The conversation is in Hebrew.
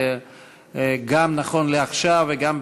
גם נכון לעכשיו וגם,